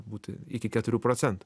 būti iki keturių procentų